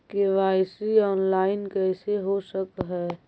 KYC online कैसे हो सक है?